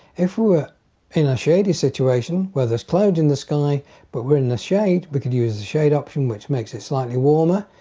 if we were in a shady situation where there's cloud in the sky but we're in the shade we but could use a shade option which makes it slightly warmer.